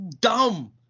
dumb